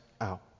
out